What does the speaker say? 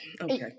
okay